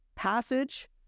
Passage